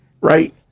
Right